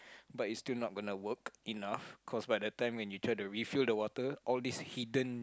but it's still not going to work enough cause by the time when you try to refill the water all these hidden